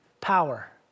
Power